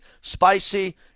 spicy